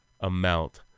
amount